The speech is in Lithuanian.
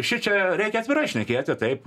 šičia reikia atvirai šnekėti taip